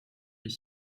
est